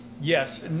Yes